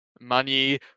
Money